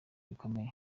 bikomeye